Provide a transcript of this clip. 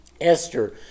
Esther